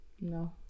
No